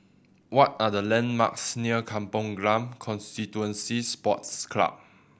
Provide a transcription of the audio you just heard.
what are the landmarks near Kampong Glam Constituency Sports Club